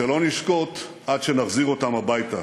שלא נשקוט עד שנחזיר אותם הביתה.